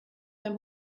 beim